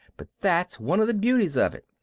but that's one of the beauties of it.